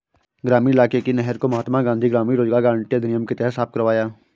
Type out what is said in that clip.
ग्रामीण इलाके की नहर को महात्मा गांधी ग्रामीण रोजगार गारंटी अधिनियम के तहत साफ करवाया